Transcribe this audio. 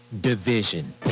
division